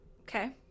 Okay